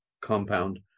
compound